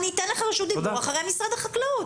אני אתן לך רשות דיבור אחרי משרד החקלאות.